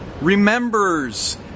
remembers